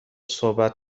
صحبت